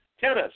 tennis